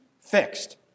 fixed